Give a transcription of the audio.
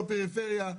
לא פריפריה.